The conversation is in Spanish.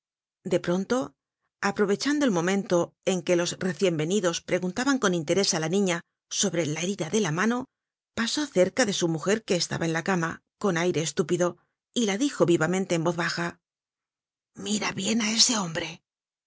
de pronto aprovechando el momento en que los recien venidos preguntaban con interés á la niña sobre la herida de la mano pasó cerca de su mujer que estaba en la cama con aire estúpido y la dijo vivamente y en voz baja mira bien á ese hombre